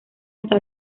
está